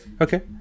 Okay